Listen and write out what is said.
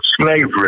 slavery